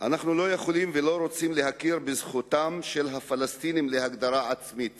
אנחנו לא יכולים ולא רוצים להכיר בזכותם של הפלסטינים להגדרה עצמית